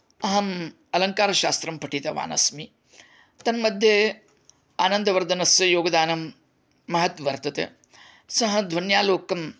अहम् अलङ्कारशास्त्रं पठितवान् अस्मि तन्मध्ये आनन्दवर्धनस्य योगदानं महत् वर्तते सः ध्वन्यालोकं